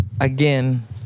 again